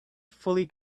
fully